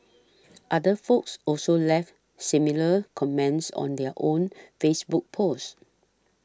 other folks also left similar comments on their own Facebook post